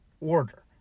order